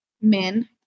men